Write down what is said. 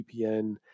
vpn